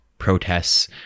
Protests